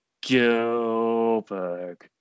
Gilbert